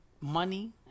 money